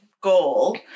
goal